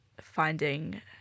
finding